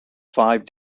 five